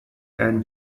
and